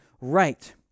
right